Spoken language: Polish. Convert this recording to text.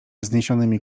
wzniesionymi